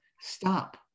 Stop